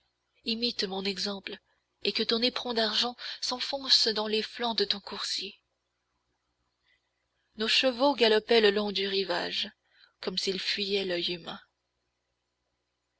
imite mon exemple et que ton éperon d'argent s'enfonce dans les flancs de ton coursier nos chevaux galopaient le long du rivage comme s'ils fuyaient l'oeil humain